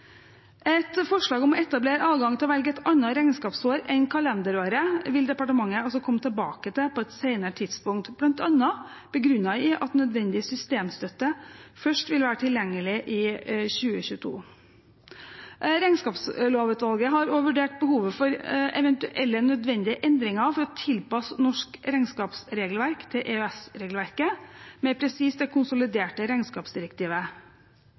Forslag om å etablere adgang til å velge et annet regnskapsår enn kalenderåret vil departementet komme tilbake til på et senere tidspunkt, bl.a. begrunnet i at nødvendig systemstøtte først vil være tilgjengelig i 2022. Regnskapslovutvalget har også vurdert behovet for eventuelle nødvendige endringer for å tilpasse norsk regnskapsregelverk til EØS-regelverket – mer presist: det konsoliderte regnskapsdirektivet.